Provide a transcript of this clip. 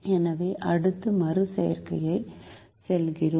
எனவே அடுத்த மறு செய்கைக்கு செல்கிறோம்